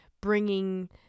bringing